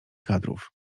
kadrów